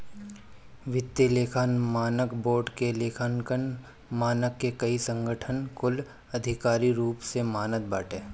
वित्तीय लेखा मानक बोर्ड के लेखांकन मानक के कई संगठन कुल आधिकारिक रूप से मानत बाटन